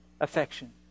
Affection